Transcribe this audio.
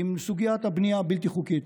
לסוגיית הבנייה הבלתי-חוקית,